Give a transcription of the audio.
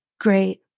great